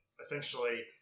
essentially